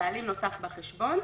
כבעלים נוסף בחשבון,